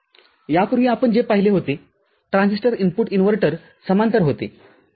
यापूर्वी आपण जे पाहिले होते ट्रान्झिस्टर इनपुट इन्व्हर्टर समांतर होते